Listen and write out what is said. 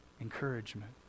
encouragement